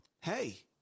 hey